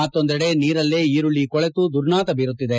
ಮತ್ತೊಂದೆಡೆ ನೀರಲ್ಲೇ ಈರುಳ್ಳಿ ಕೊಳೆತು ದುರ್ನಾತ ಬೀರುತ್ತಿದೆ